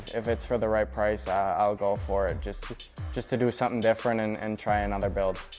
if it's for the right price, i'll go for it just just to do something different and and try another build.